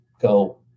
go